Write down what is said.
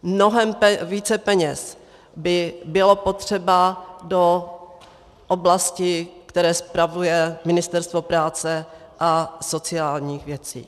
Mnohem více peněz by bylo potřeba do oblasti, kterou spravuje Ministerstvo práce a sociálních věcí.